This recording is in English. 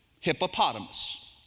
Hippopotamus